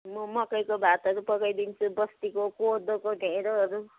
म मकैको भातहरू पकाइदिन्छु बस्तीको कोदोको ढेँडोहरू